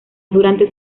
durante